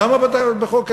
למה בחוק ההסדרים?